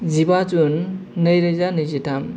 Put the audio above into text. जिबा जुन नैरोजा नैजिथाम